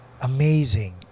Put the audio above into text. Amazing